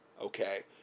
okay